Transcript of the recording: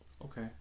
Okay